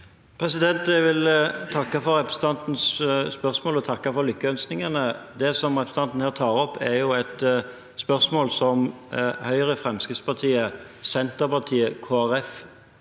Jeg vil takke for repre- sentantens spørsmål og takke for lykkønskningene. Det som representanten her tar opp, er et spørsmål som Høyre, Fremskrittspartiet, Senterpartiet,